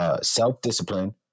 self-discipline